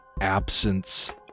absence